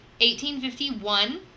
1851